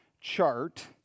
chart